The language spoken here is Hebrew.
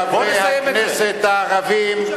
חברי הכנסת הערבים,